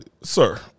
Sir